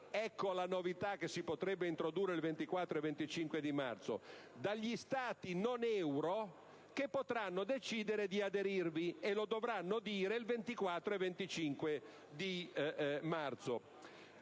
ecco la novità che si potrebbe introdurre nei giorni 24 e 25 marzo - «dagli Stati non euro che potranno decidere di aderirvi», e lo dovranno dire il 24 e il 25 marzo.